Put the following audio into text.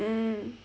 mm